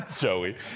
Joey